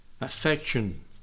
affection